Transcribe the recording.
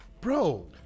bro